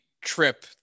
trip